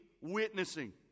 witnessing